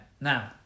Now